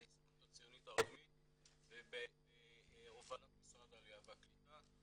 ההסתדרות הציונית העולמית בהובלת משרד העלייה והקליטה.